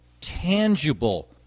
tangible